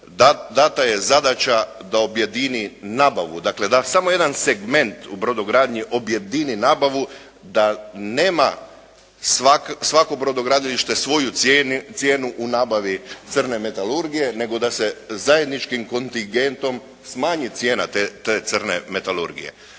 dana je zadaća da objedini nabavu, dakle da samo jedan segment u brodogradnji objedini nabavu da nema svako brodogradilište svoju cijenu u nabavi crne metalurgije nego da se zajedničkim kontingentom smanji cijena te crne metalurgije.